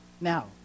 Now